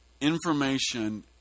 information